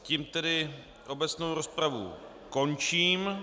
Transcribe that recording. Tím tedy obecnou rozpravu končím.